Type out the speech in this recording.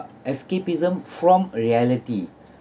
escapism from reality